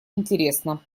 интересна